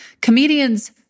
Comedians